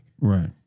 Right